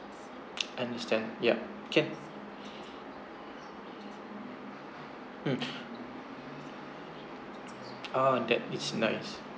understand yup can mm oh that is nice